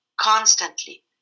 constantly